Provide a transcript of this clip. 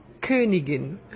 Königin